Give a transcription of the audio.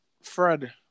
Fred